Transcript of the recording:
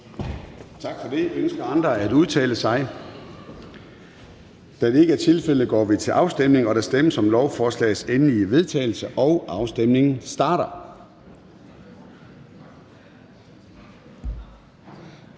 Tak for det. Ønsker andre at udtale sig? Da det ikke er tilfældet, går vi til afstemning. Kl. 13:03 Afstemning Formanden (Søren Gade): Der stemmes om lovforslagets endelige vedtagelse, og afstemningen starter.